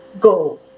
go